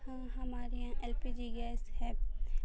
ہمارے یہاں L P G gas ہے